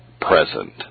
present